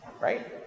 right